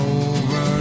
over